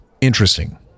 interesting